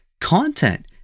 content